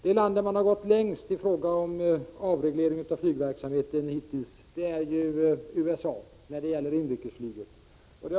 Det land där man har gått längst i fråga om avreglering av flygverksamheten när det gäller inrikesflyget är USA.